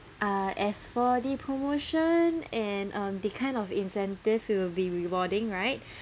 uh as for the promotion and uh the kind of incentive you we'll be rewarding right